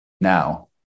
Now